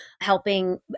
helping